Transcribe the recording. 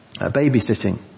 Babysitting